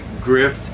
grift